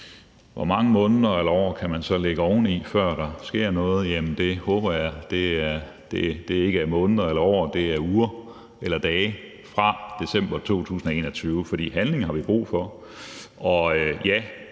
Hvor mange måneder eller år kan man så lægge oveni, før der sker noget? Jeg håber ikke, at det er måneder eller år, men uger eller dage fra december 2021, for vi har brug for